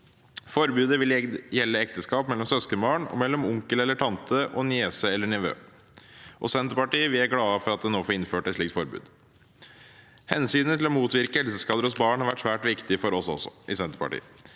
Forbudet vil gjelde ekteskap mellom søskenbarn og mellom onkel eller tante og niese eller nevø. Senterpartiet er glad for at vi nå får innført et slikt forbud. Hensynet til å motvirke helseskader hos barn har vært svært viktig også